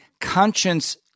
conscience